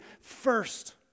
first